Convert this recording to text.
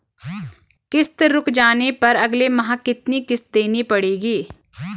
किश्त रुक जाने पर अगले माह कितनी किश्त देनी पड़ेगी?